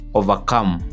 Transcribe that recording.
overcome